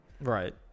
Right